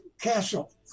castle